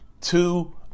Two